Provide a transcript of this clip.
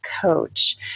coach